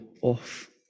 off